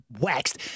waxed